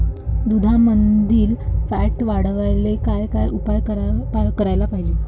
दुधामंदील फॅट वाढवायले काय काय उपाय करायले पाहिजे?